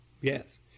Yes